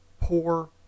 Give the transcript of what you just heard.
poor